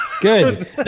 good